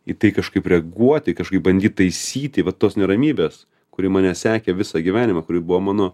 į tai kažkaip reaguoti kažkaip bandyt taisyti vat tos neramybės kuri mane sekė visą gyvenimą kuri buvo mano